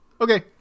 Okay